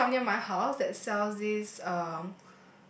coffee shop near my house that sells this um